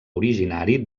originari